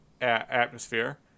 atmosphere